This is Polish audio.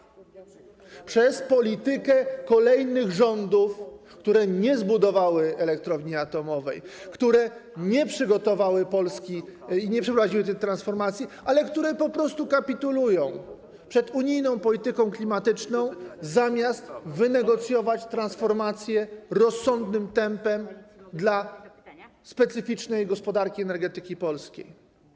To przez politykę kolejnych rządów, które nie zbudowały elektrowni atomowej, które nie przygotowały Polski i nie przeprowadziły tej transformacji, które po prostu kapitulowały przed unijną polityką klimatyczną, zamiast wynegocjować transformację w rozsądnym tempie dla specyficznej gospodarki energetyki polskiej.